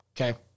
Okay